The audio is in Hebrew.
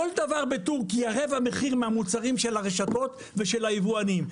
כל דבר בטורקיה רבע מחיר מהמוצרים של הרשתות ושל היבואנים,